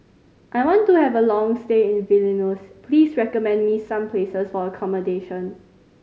I want to have a long stay in Vilnius please recommend me some places for accommodation